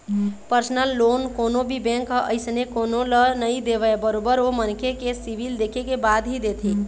personal loan कोनो भी bank ह अइसने कोनो ल नइ देवय बरोबर ओ मनखे के सिविल देखे के बाद ही देथे